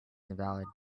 invalid